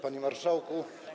Panie Marszałku!